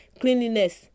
cleanliness